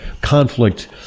conflict